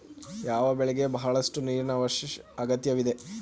ಯಾವ ಬೆಳೆಗೆ ಬಹಳಷ್ಟು ನೀರಿನ ಅಗತ್ಯವಿದೆ?